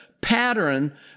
pattern